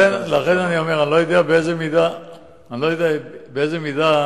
אני לא יודע באיזו מידה